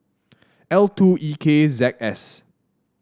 L two E K Z S